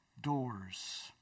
doors